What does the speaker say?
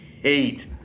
Hate